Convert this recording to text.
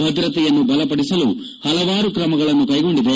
ಭದ್ರತೆಯನ್ನು ಬಲಪಡಿಸಲು ಪಲವಾರು ಕ್ರಮಗಳನ್ನು ಕೈಗೊಂಡಿದೆ